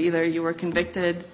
either you were convicted